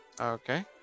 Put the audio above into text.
Okay